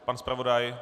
Pan zpravodaj?